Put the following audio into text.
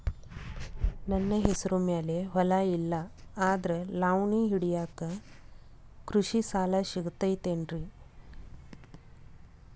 ನನ್ನ ಹೆಸರು ಮ್ಯಾಲೆ ಹೊಲಾ ಇಲ್ಲ ಆದ್ರ ಲಾವಣಿ ಹಿಡಿಯಾಕ್ ಕೃಷಿ ಸಾಲಾ ಸಿಗತೈತಿ ಏನ್ರಿ?